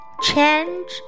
Change